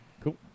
cool